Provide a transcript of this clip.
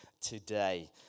today